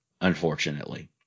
unfortunately